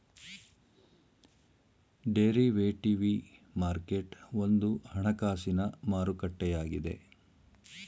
derivative market ಒಂದು ಹಣಕಾಸಿನ ಮಾರುಕಟ್ಟೆಯಾಗಿದೆ